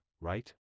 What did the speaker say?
right